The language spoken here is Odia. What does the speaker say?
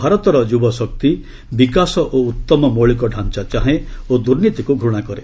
ଭାରତର ଯୁବଶକ୍ତି ବିକାଶ ଓ ଉତ୍ତମ ମୌଳିକ ଢାଞ୍ଚା ଚାହେଁ ଓ ଦୁର୍ନୀତିକୁ ଘ୍ନଶା କରେ